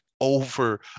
over